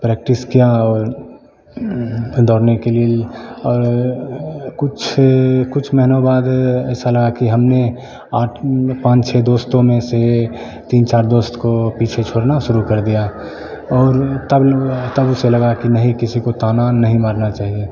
practice किया और दौड़ने के लिए और कुछ कुछ महीनों बाद ऐसा लगा कि हमने आठ पाँच छः दोस्तों में से तीन चार दोस्त को पीछे छोड़ना शुरू कर दिया और तब तब से लगा कि नहीं किसी को ताना नहीं मारना चाहिए